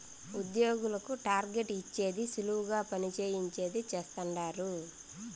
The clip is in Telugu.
ఉద్యోగులకు టార్గెట్ ఇచ్చేది సులువుగా పని చేయించేది చేస్తండారు